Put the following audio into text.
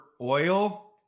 oil